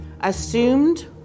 assumed